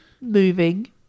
moving